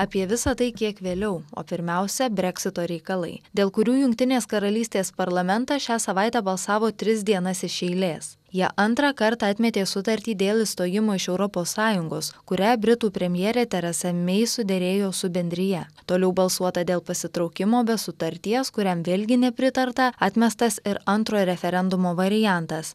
apie visa tai kiek vėliau o pirmiausia breksito reikalai dėl kurių jungtinės karalystės parlamentas šią savaitę balsavo tris dienas iš eilės jie antrą kartą atmetė sutartį dėl išstojimo iš europos sąjungos kurią britų premjerė tereza mei suderėjo su bendrija toliau balsuota dėl pasitraukimo be sutarties kuriam vėlgi nepritarta atmestas ir antrojo referendumo variantas